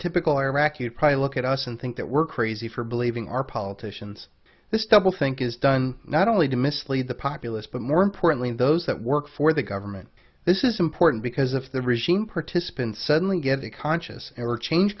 typical iraqi would probably look at us and think that we're crazy for believing our politicians this double think is done not only to mislead the populace but more importantly in those that work for the government this is important because if the regime participants suddenly get a conscious or change